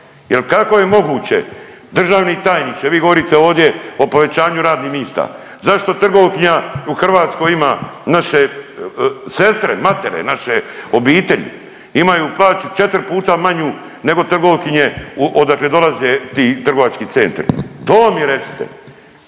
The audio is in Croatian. kako je moguće državni tajniče, vi govorite ovdje o povećanju radnih mista. Zašto trgovkinja u Hrvatskoj ima naše sestre, matere naše obitelji imaju plaću 4 puta manju nego trgovkinje odakle dolaze ti trgovački centri. To mi recite?